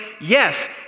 yes